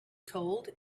cold